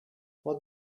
what